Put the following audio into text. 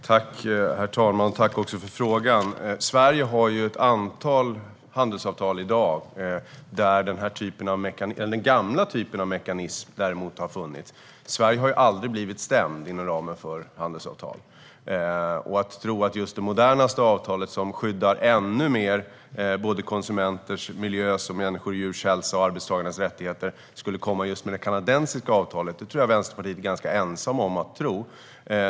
Herr talman! Tack för frågan! Sverige har ett antal handelsavtal i dag där den gamla typen av mekanism har funnits. Sverige har aldrig blivit stämt inom ramen för handelsavtal. Att tro att det modernaste avtalet som ännu mer skyddar konsumenter, miljö, människors och djurs hälsa samt arbetstagares rättigheter skulle komma just med det kanadensiska avtalet tror jag Vänsterpartiet är ensamt om.